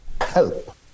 Help